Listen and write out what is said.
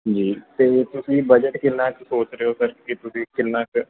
ਜੀ ਅਤੇ ਤੁਸੀਂ ਬਜਟ ਕਿੰਨਾ ਕੁ ਸੋਚ ਰਹੇ ਹੋ ਕਰਕੇ ਤੁਸੀਂ ਕਿੰਨਾ ਕੁ